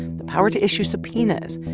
the power to issue subpoenas.